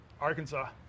Arkansas